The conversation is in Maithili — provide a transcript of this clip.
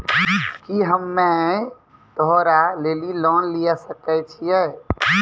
की हम्मय त्योहार लेली लोन लिये सकय छियै?